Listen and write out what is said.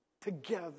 together